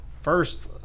First